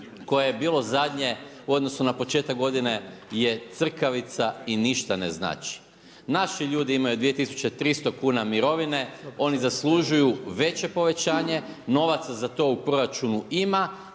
koje je bilo zadnje u odnosu na početak g. je crkavica i ništa ne znači. Naši ljudi imaju 2300 kn mirovine, oni zaslužuju veće povećanje, novaca za to u proračunu ima,